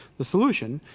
the solution,